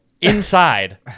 inside